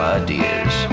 ideas